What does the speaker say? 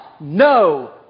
no